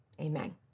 Amen